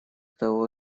того